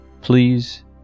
please